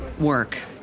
work